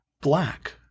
black